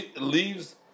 leaves